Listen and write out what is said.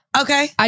Okay